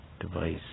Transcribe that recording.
Device